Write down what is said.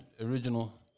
original